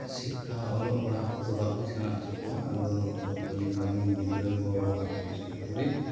ᱥᱤᱠᱠᱷᱟ ᱚᱞᱚᱜ ᱯᱟᱲᱦᱟᱜ ᱠᱚᱫᱚ ᱵᱟᱠᱚ ᱥᱮᱬᱟ ᱦᱚᱪᱚ ᱠᱚᱣᱟ ᱱᱩᱠᱩ ᱫᱚ ᱠᱷᱟᱹᱞᱤ ᱠᱟᱢᱤ ᱜᱤᱫᱽᱨᱟᱹ ᱜᱚ ᱵᱟᱵᱟ ᱛᱷᱮᱠᱮ ᱥᱩᱨᱩ ᱠᱚᱨᱮ